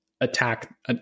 attack